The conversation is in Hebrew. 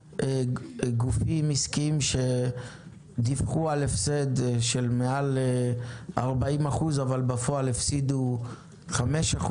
גופים עסקיים שדיווחו על הפסד של מעל 40% אבל בפועל הפסידו 5%,